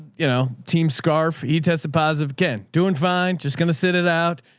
you know, team scarf. he tested positive. ken doing fine. just going to sit it out.